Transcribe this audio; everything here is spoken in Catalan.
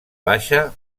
baixa